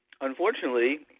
unfortunately